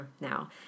now